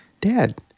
Dad